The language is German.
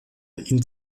ihn